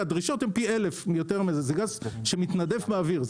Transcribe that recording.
זה גז שמתנדף באוויר.